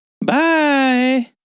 Bye